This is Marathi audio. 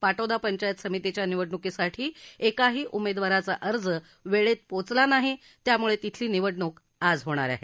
पाटोदा पंचायत समितीच्या निवडणुकीसाठी एकाही उमेदवाराचा अर्ज वेळेत पोचला नाही त्यामुळे तिथली निवडणूक आज होणार आहे